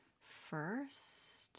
first